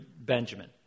Benjamin